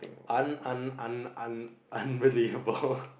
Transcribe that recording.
un~ un~ un~ un~ unbelievable